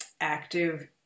active